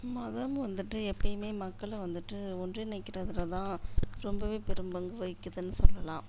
மதம் வந்துவிட்டு எப்பையுமே மக்களை வந்துவிட்டு ஒன்றிணைக்கிறதில் தான் ரொம்பவே பெரும்பங்கு வகிக்கிதுன்னு சொல்லலாம்